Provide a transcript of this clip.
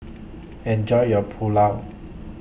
Enjoy your Pulao